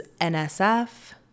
NSF